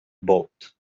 bought